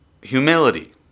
humility